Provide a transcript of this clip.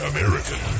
American